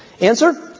Answer